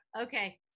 Okay